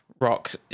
Rock